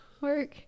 Work